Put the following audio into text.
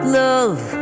love